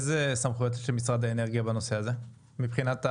איזה סמכויות יש למשרד האנרגיה בנושא הזה מבחינת התקנות?